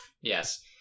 Yes